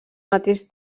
mateix